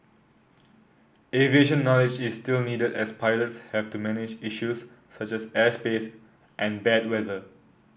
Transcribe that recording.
aviation knowledge is still needed as pilots have to manage issues such as airspace and bad weather